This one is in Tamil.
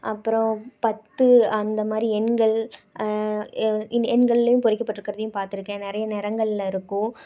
அப்பறம் பத்து அந்த மாதிரி எண்கள் எண்கள்லேயும் பொறிக்கப்பட்டு இருக்கிறதையும் பாத்திருக்கேன் நிறைய நிறங்கள்ல இருக்கும்